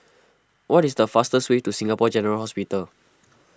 what is the fastest way to Singapore General Hospital